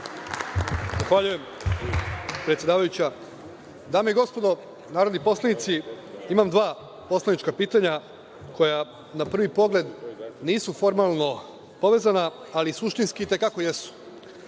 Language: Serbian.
Zahvaljujem, predsedavajuća. Dame i gospodo narodni poslanici, imam dva poslanička pitanja koja na prvi pogled nisu formalno povezana, ali suštinski i te kako jesu. Prvo